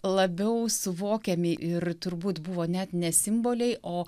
labiau suvokiami ir turbūt buvo net ne simboliai o